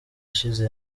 ashize